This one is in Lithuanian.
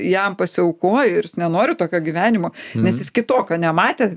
jam pasiaukojo ir jis nenori tokio gyvenimo nes jis kitokio nematė